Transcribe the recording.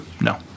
No